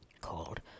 called